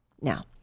Now